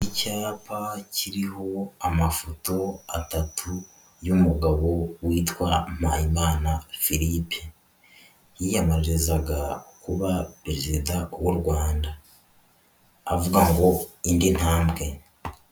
Icyapa kiriho amafoto atatu y'umugabo witwa MPAYIMANA Philippe, yiyamamarizaga kuba Perezida w'u Rwanda, avuga ngo indi ntambwe.